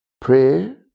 Prayer